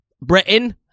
Britain